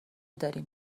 داریم